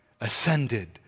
ascended